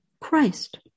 Christ